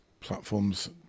platforms